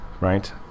right